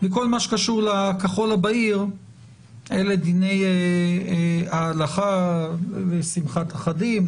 בכל מה שקשור לכחול הבהיר אלה דיני ההלכה לשמחת אחדים,